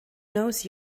knows